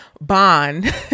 bond